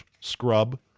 scrub